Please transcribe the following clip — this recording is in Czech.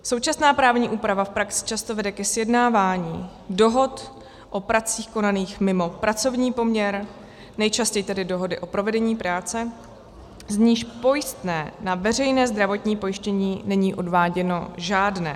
Současná právní úprava v praxi často vede ke sjednávání dohod o pracích konaných mimo pracovní poměr, nejčastěji tedy dohody o provedení práce, z níž pojistné na veřejné zdravotní pojištění není odváděno žádné.